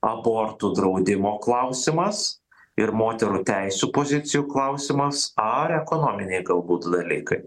abortų draudimo klausimas ir moterų teisių pozicijų klausimas ar ekonominiai galbūt dalykai